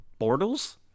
Bortles